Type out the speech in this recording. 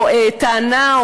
או טענה,